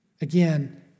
Again